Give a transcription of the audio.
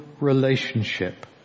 relationship